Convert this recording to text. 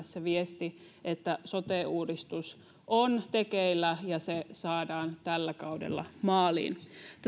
se viesti että sote uudistus on tekeillä ja se saadaan tällä kaudella maaliin